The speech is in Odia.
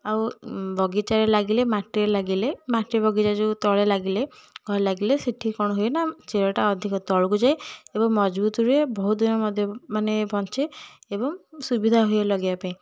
ଆଉ ବଗିଚାରେ ଲାଗିଲେ ମାଟିରେ ଲାଗିଲେ ମାଟି ବଗିଚା ଯେଉଁ ତଳେ ଲାଗିଲେ ଘରେ ଲାଗିଲେ ସେଇଠି କ'ଣ ହୁଏ ନା ଚେରଟା ଅଧିକ ତଳକୁ ଯାଏ ଏବଂ ମଜବୁତ ରୁହେ ବହୁତ ଦିନ ମଧ୍ୟ ମାନେ ବଞ୍ଚେ ଏବଂ ସୁବିଧା ହୁଏ ଲଗେଇବା ପାଇଁ